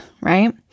right